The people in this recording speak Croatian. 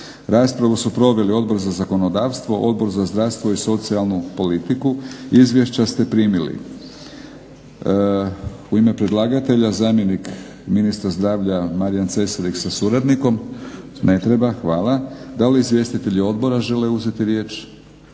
Raspravu su proveli Odbor za zakonodavstvo, Odbor za zdravstvo i socijalnu politiku. izvješća ste primili. U ime predlagatelja zamjenik ministra zdravlja Marijan Cesarek sa suradnikom. Ne treba. hvala. Da li izvjestitelji odbora žele uzeti riječ?